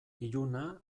iluna